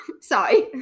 Sorry